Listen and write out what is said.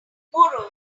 moreover